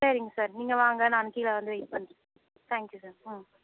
சரிங்க சார் நீங்கள் வாங்க நான் கீழே வந்து வெயிட் பண்ணுறேன் தேங்க் யூ சார் ம்